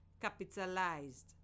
capitalized